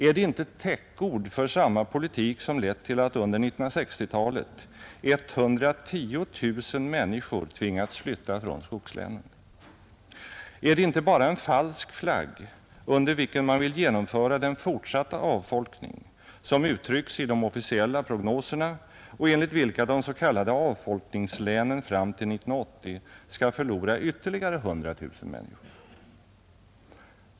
Är det inte ett täckord för samma politik som lett till att under 1960-talet 110 000 människor tvingats flytta från skogslänen? Är det inte bara en falsk flagg, under vilken man vill genomföra den fortsatta avfolkning som uttrycks i de officiella prognoserna och enligt vilka de s.k. avfolkningslänen fram till 1980 skall förlora ytterligare 100 000 människor?